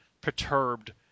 perturbed